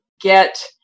get